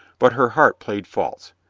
but her heart played false.